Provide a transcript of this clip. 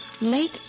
Late